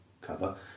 cover